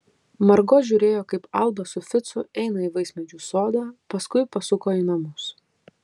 margo žiūrėjo kaip alba su ficu eina į vaismedžių sodą paskui pasuko į namus